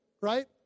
Right